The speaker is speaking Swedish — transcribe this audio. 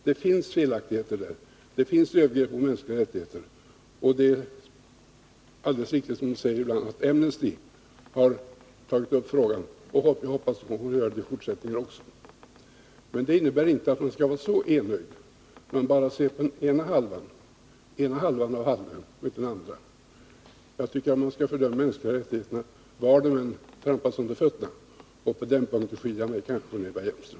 Det finns felaktigheter där och det begås övergrepp mot de mänskliga rättigheterna, och det är alldeles riktigt som hon säger att Amnesty har tagit upp frågan och hoppas att den skall göra det i fortsättningen också. Men det innebär inte att hon skall vara så enögd att hon bara ser på den ena halvan av halvön och inte den andra. Jag tycker att man bör fördöma brott mot de mänskliga rättigheterna var de än trampas under fötterna. På den punkten skiljer jag mig kanske från Eva Hjelmström.